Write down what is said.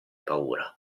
paura